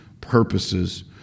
purposes